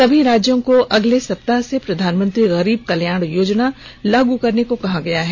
सभी राज्यों को अगले सप्ताह से प्रधानमंत्री गरीब कल्याण योजना को लाग करने के लिए कहा गया है